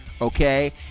okay